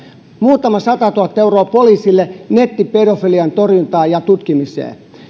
muutaman satatuhatta euroa poliisille nettipedofilian torjuntaan ja tutkimiseen